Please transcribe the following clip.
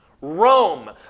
Rome